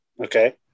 okay